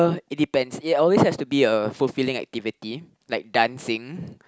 it depends it always has to be a fulfilling activity like dancing